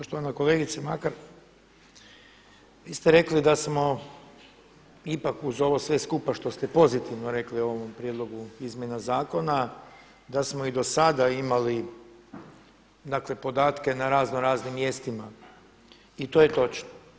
Poštovana kolegice Makar, vi ste rekli da smo ipak uz ovo sve skupa što ste pozitivno rekli o ovom prijedlogu izmjena zakona, da smo i do sada imali, dakle podatke na razno raznim mjestima i to je točno.